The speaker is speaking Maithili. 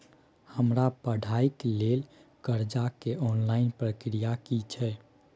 हमरा पढ़ाई के लेल कर्जा के ऑनलाइन प्रक्रिया की छै?